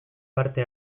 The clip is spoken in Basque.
parte